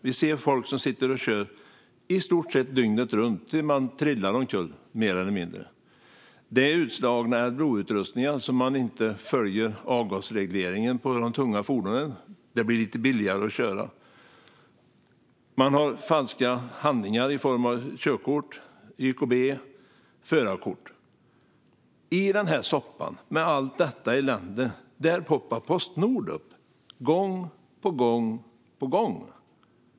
Vi ser folk som sitter och kör i stort sett dygnet runt, mer eller mindre tills de trillar omkull. Vi ser utslagna Adblue-utrustningar, så att man inte följer avgasregleringen på de tunga fordonen - det blir lite billigare att köra. Vi ser falska handlingar i form av körkort, YKB och förarkort. I den här soppan, med allt detta elände, poppar Postnord upp - gång på gång på gång.